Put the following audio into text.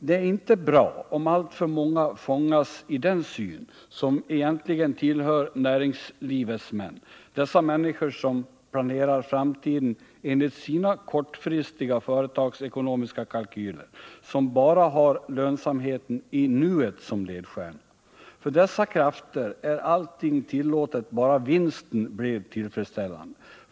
Det är inte bra om alltför många fångas i den syn som egentligen tillhör näringslivets män — dessa människor som planerar framtiden enligt sina kortfristiga företagsekonomiska kalkyler, som bara har lönsamheten i nuet som ledstjärna. För dessa krafter är allting tillåtet bara vinsten blir tillfredsställande.